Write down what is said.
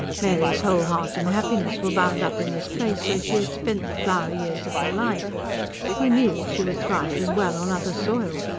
mary's whole heart and happiness were bound up in this place where she had spent the flower-years of her life who knew if she would thrive as well on other soil?